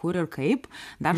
kur ir kaip dar